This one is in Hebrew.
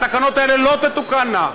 התקנות האלה לא תתוקנה,